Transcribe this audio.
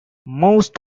most